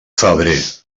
febrer